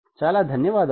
చాలా ధన్యవాదములు